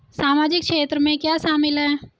सामाजिक क्षेत्र में क्या शामिल है?